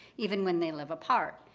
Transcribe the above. even when they live apart.